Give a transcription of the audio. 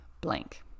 blank